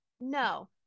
No